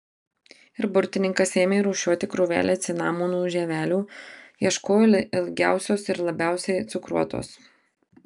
ir burtininkas ėmė rūšiuoti krūvelę cinamonų žievelių ieškojo ilgiausios ir labiausiai cukruotos